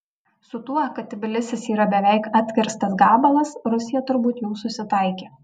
su tuo kad tbilisis yra beveik atkirstas gabalas rusija turbūt jau susitaikė